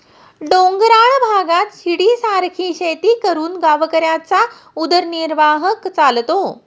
डोंगराळ भागात शिडीसारखी शेती करून गावकऱ्यांचा उदरनिर्वाह चालतो